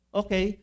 okay